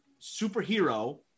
superhero